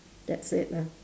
that's it ah